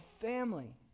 family